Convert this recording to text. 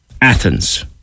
Athens